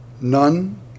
none